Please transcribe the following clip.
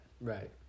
Right